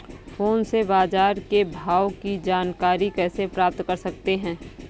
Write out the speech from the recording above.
Phone से बाजार के भाव की जानकारी कैसे प्राप्त कर सकते हैं?